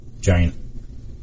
giant